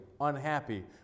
unhappy